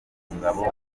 ngabo